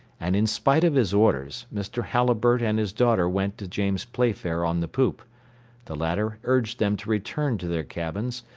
and in spite of his orders, mr. halliburtt and his daughter went to james playfair on the poop the latter urged them to return to their cabins,